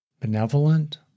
benevolent